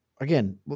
again